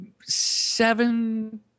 seven